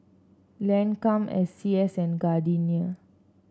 Lancome S C S and Gardenia